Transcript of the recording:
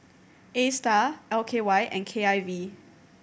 Astar L K Y and K I V